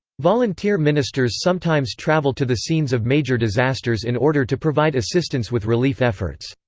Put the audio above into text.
volunteer ministers sometimes travel to the scenes of major disasters in order to provide assistance with relief efforts.